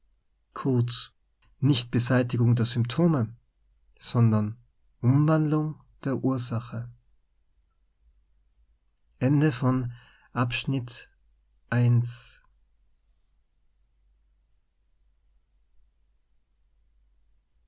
nicht beseitigung der symptome sondern umwandlung der ursache